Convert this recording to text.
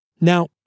Now